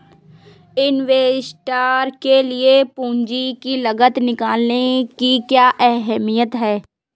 Investor के लिए पूंजी की लागत निकालने की क्या अहमियत है?